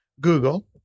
Google